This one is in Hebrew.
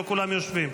לא כולם יושבים.